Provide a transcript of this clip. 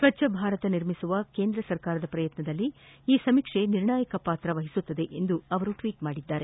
ಸ್ತಚ್ಛ ಭಾರತ ನಿರ್ಮಿಸುವ ಕೇಂದ್ರದ ಪ್ರಯತ್ನದಲ್ಲಿ ಈ ಸಮೀಕ್ಷೆ ನಿರ್ಣಾಯಕ ಪ್ರತಿಕ್ರಿಯೆ ನೀಡಲಿದೆ ಎಂದು ಅವರು ಟ್ವೀಟ್ ಮಾಡಿದ್ದಾರೆ